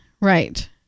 Right